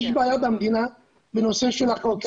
יש גם בעיה במדינה בנושא של החוק.